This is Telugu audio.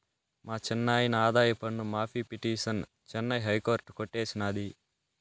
మా చిన్నాయిన ఆదాయపన్ను మాఫీ పిటిసన్ చెన్నై హైకోర్టు కొట్టేసినాది